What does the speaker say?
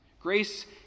Grace